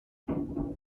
dum